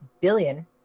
billion